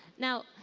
now,